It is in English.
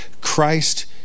Christ